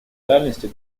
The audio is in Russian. реальности